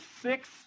six